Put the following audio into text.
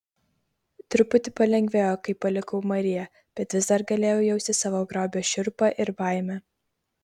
truputį palengvėjo kai palikau mariją bet vis dar galėjau jausti savo grobio šiurpą ir baimę